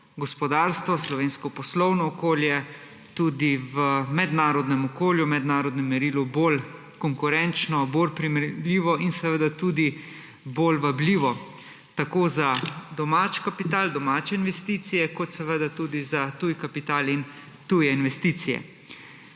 gospodarstvo, slovensko poslovno okolje tudi v mednarodnem okolju, mednarodnem merilu bolj konkurenčno, bolj primerljivo in tudi bolj vabljivo tako za domači kapital, domače investicije kot seveda tudi za tuji kapital in tuje investicije.